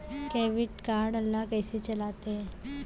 Debit card ला कइसे चलाते?